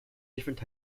different